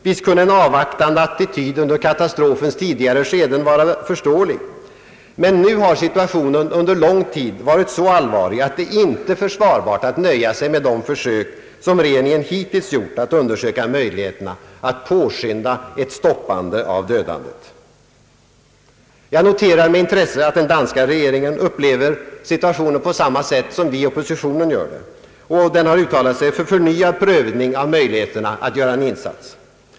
Visst kunde en avvaktande attityd under katastrofens tidigare skeden vara förståelig, men nu har situationen under lång tid varit så allvarlig att det inte är försvarbart att nöja sig med de försök som regeringen hittills har gjort att undersöka möjligheterna att påskynda ett stoppande av dödandet. Jag noterar med intresse att den danska regeringen upplever situationen på samma sätt som vi inom oppositionen gör och har uttalat sig för förnyad prövning av möjligheterna att göra en insats.